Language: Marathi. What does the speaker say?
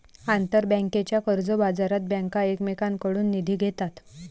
आंतरबँकेच्या कर्जबाजारात बँका एकमेकांकडून निधी घेतात